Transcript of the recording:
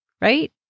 right